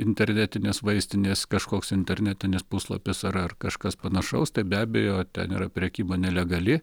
internetinės vaistinės kažkoks internetinis puslapis ar ar kažkas panašaus tai be abejo ten yra prekyba nelegali